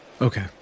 Okay